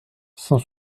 cent